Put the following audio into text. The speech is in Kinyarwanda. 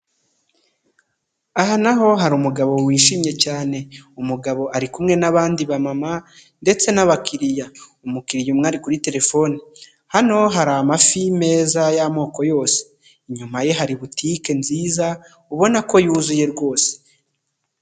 Aha naho hari umugabo wishimye cyane, umugabo ari kumwe n'abandi ba mama ndetse n'abakiriya, umukiriya umwe ari kuri terefone, hano hari amafi meza y'amoko yose! inyuma ye hari butike nziza ubona ko yuzuye rwose.